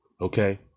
Okay